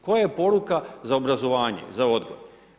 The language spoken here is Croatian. Koja je poruka za obrazovanje, za odgoj?